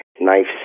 Knives